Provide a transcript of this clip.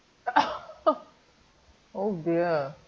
oh dear